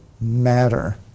matter